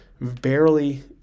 barely